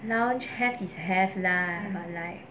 lunch have is have lah but like